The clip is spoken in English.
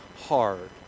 hard